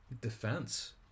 defense